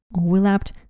overlapped